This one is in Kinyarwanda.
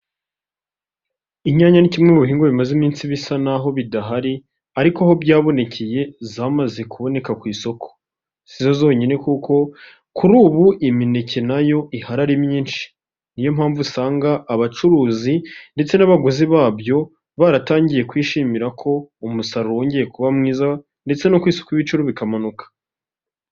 Inyanya ni kimwe mu bihingwa bimaze iminsi bisa nahoa bidahari ariko aho byabonekeye zamaze kuboneka ku isoko. Ntabwo arizo zonyine kuko kuri ubu imineke nayo iharira ari myinshi niyo mpamvu usanga abacuruzi ndetse n'abaguzi babyo baratangiye kwishimira ko umusaruro wongeye kuba mwiza ndetse no kwisu kw'ibicu bikamanuka.